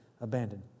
abandoned